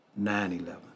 9-11